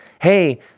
Hey